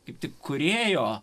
kaip tik kūrėjo